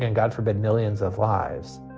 and god forbid, millions of lives